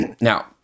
Now